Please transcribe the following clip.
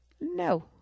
No